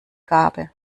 gabe